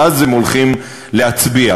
ואז הם הולכים להצביע.